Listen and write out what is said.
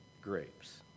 grapes